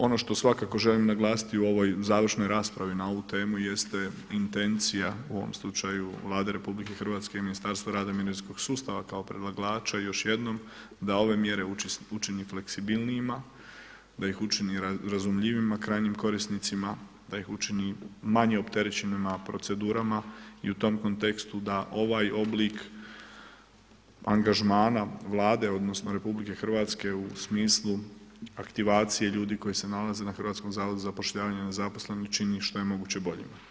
Ono što svakako želim naglasiti u ovoj završnoj raspravi na ovu temu jeste intencija, u ovom slučaju Vlade RH i Ministarstva rada i mirovinskog sustava kao predlagača još jednom da ove mjere učini fleksibilnijima, da ih učini razumljivijima krajnjim korisnicima, da ih učini manje opterećenima procedurama i u tom kontekstu da ovaj oblik angažmana Vlade, odnosno RH u smislu aktivacije ljudi koji se nalaze na Hrvatskom zavodu za zapošljavanje nezaposlenima učini što je moguće boljima.